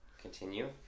Continue